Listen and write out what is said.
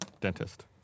dentist